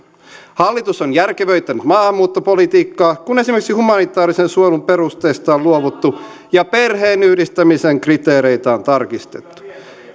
hallitus on järkevöittänyt maahanmuuttopolitiikkaa kun esimerkiksi humanitaarisen suojelun perusteista on luovuttu ja perheenyhdistämisen kriteereitä on tarkistettu